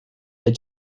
they